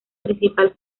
principal